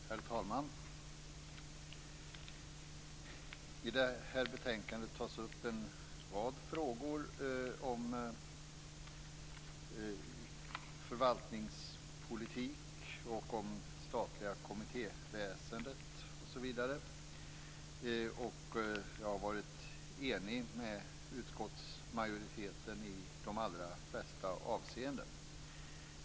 Herr talman! I det här betänkandet tas det upp en rad frågor om förvaltningspolitik, om det statliga kommittéväsendet osv. Jag har varit enig med utskottsmajoriteten i de allra flesta avseenden.